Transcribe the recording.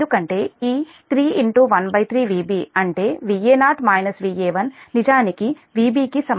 అంటే Va0 Va1 నిజానికి Vb కి సమానం